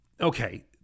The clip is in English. okay